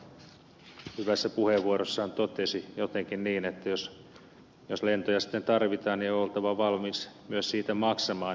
juurikkala tuossa omassa hyvässä puheenvuorossaan totesi jotenkin niin että jos lentoja sitten tarvitaan niin on oltava valmis myös siitä maksamaan